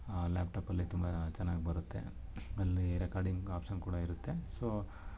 ಲ್ಯಾಪ್ಟಾಪಲ್ಲಿ ತುಂಬ ಚೆನ್ನಾಗ್ ಬರುತ್ತೆ ಅಲ್ಲಿ ರೆಕಾರ್ಡಿಂಗ್ ಆಪ್ಶನ್ ಕೂಡ ಇರುತ್ತೆ ಸೋ